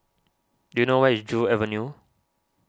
do you know where is Joo Avenue